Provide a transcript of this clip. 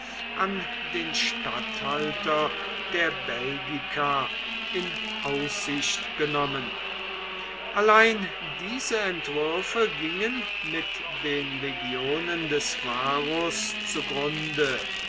an den statthalter der belgica in aussicht genommen allein diese entwürfe gingen mit den legionen des varus